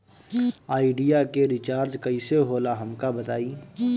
Idea के recharge कईसे होला हमका बताई?